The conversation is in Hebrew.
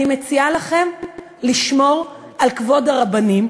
אני מציעה לכם לשמור על כבוד הרבנים,